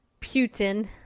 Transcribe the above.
Putin